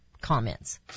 comments